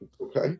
okay